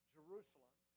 Jerusalem